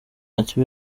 ati